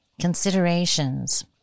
considerations